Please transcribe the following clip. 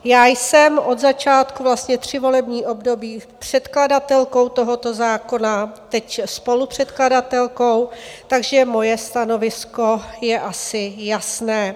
Já jsem od začátku, tři volební období, předkladatelkou tohoto zákona, teď spolupředkladatelkou, takže moje stanovisko je asi jasné.